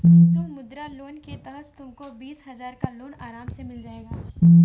शिशु मुद्रा लोन के तहत तुमको बीस हजार का लोन आराम से मिल जाएगा